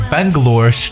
Bangalore